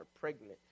pregnant